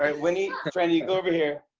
ah winnie, franny, you go over here.